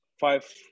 five